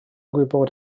gwybod